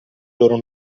loro